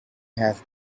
has